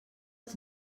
els